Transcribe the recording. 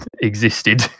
existed